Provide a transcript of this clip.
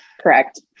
Correct